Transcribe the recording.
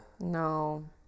No